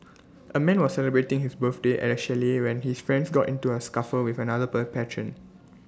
A man was celebrating his birthday at A chalet when his friends got into A scuffle with another patron